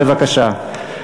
בבקשה.